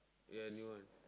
ya new one